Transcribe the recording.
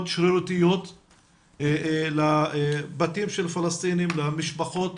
שרירותיות לבתים של פלסטינים והמשפחות